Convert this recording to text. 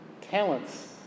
talents